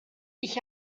ich